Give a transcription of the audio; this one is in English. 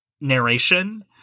narration